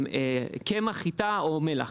קמח חיטה או מלח.